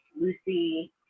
Lucy